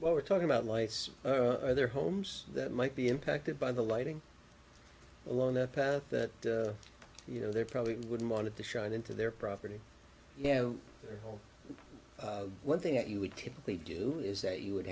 what we're talking about lights their homes that might be impacted by the lighting along that path that you know they probably wouldn't want to shout into their property you know one thing that you would typically do is that you would